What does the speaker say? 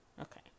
Okay